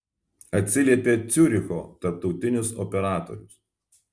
atsiliepė ciuricho tarptautinis operatorius